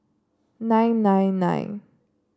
nine nine nine